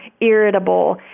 irritable